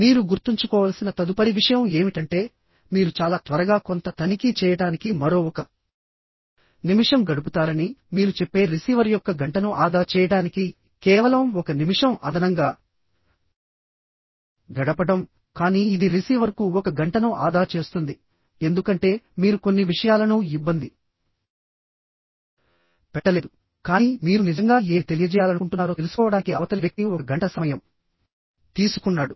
మీరు గుర్తుంచుకోవలసిన తదుపరి విషయం ఏమిటంటే మీరు చాలా త్వరగా కొంత తనిఖీ చేయడానికి మరో ఒక నిమిషం గడుపుతారని మీరు చెప్పే రిసీవర్ యొక్క గంటను ఆదా చేయడానికి కేవలం ఒక నిమిషం అదనంగా గడపడం కానీ ఇది రిసీవర్కు ఒక గంటను ఆదా చేస్తుంది ఎందుకంటే మీరు కొన్ని విషయాలను ఇబ్బంది పెట్టలేదు కానీ మీరు నిజంగా ఏమి తెలియజేయాలనుకుంటున్నారో తెలుసుకోవడానికి అవతలి వ్యక్తి ఒక గంట సమయం తీసుకున్నాడు